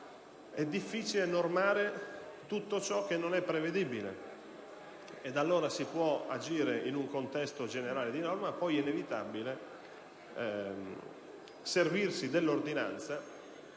è difficile normare tutto ciò che non è prevedibile. Allora si può agire in un contesto generale di norma; poi però è inevitabile servirsi dell'ordinanza